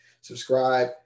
subscribe